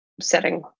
setting